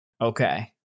Okay